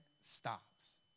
stops